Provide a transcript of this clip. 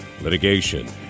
litigation